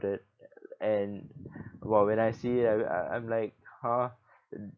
that and !wow! when I see it I I I I'm like !huh!